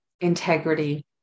integrity